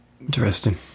Interesting